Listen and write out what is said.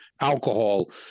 alcohol